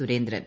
Surendran